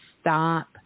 stop